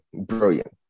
brilliant